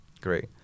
Great